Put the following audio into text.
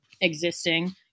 existing